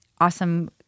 awesome